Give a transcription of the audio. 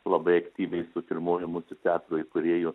labai aktyviai su pirmuoju mūsų teatro įkūrėju